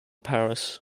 paris